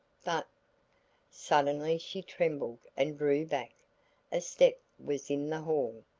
but suddenly she trembled and drew back a step was in the hall,